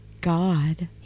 God